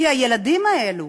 כי לילדים האלו